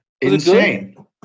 insane